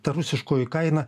ta rusiškoji kaina